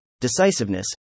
decisiveness